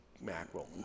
mackerel